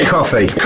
Coffee